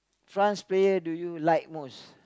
France player do you like most